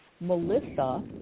Melissa